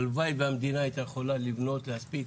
הלוואי והמדינה הייתה יכולה לבנות, להספיק.